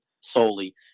solely